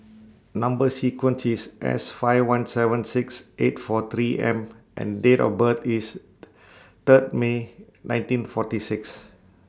Number sequence IS S five one seven six eight four three M and Date of birth IS Third May nineteen forty six